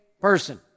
person